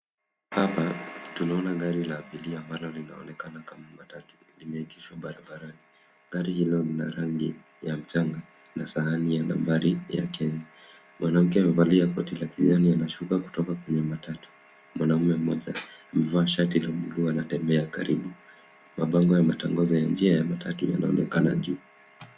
Hapa tunaona gari la abiria ambalo linaonekana kama matatu, limeegeshwa barabarani. Gari hilo lina rangi ya mchanga na sahani ya nambari yake. Mwanamke amevali koti la kijani anashuka kutoka kwenye matatu. Mwanaume mmoja amevalia shati la blue anatembea karibu. Mabango ya matangazo ya njia ya matatu yanaonekana juu.